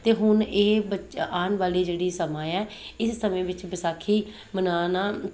ਅਤੇ ਹੁਣ ਇਹ ਬੱਚਾ ਆਉਣ ਵਾਲੀ ਜਿਹੜੀ ਸਮਾਂ ਆ ਇਸ ਸਮੇਂ ਵਿੱਚ ਵਿਸਾਖੀ ਮਨਾਉਣਾ